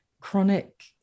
Chronic